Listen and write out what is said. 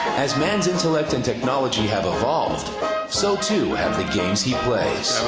as man's intellect and technology have evolved so too have the games he plays.